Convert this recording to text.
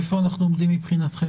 איפה אנחנו עומדים מבחינתכם?